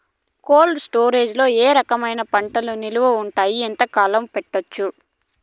Cold storage లో ఏ రకమైన పంటలు నిలువ ఉంటాయి, ఎంతకాలం పెట్టొచ్చు?